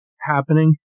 happening